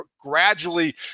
gradually